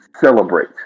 celebrate